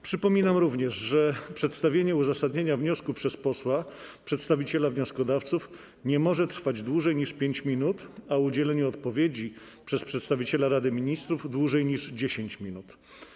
Przypominam również, że przedstawienie uzasadnienia wniosku przez posła przedstawiciela wnioskodawców nie może trwać dłużej niż 5 minut, a udzielenie odpowiedzi przez przedstawiciela Rady Ministrów - dłużej niż 10 minut.